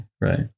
Right